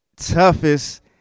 toughest